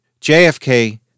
JFK